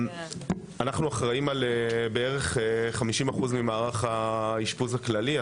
אחראים על בערך 50% ממערך האשפוז הכללי,